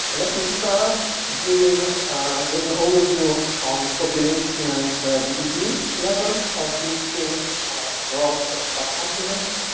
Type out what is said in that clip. let me start giving a little overview on population and gdp levels of these three broad subcontinents.